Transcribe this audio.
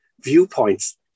viewpoints